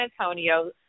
Antonio